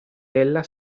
ella